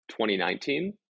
2019